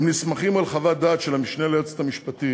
הם נסמכים על חוות דעת של המשנה ליועץ המשפטי.